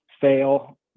fail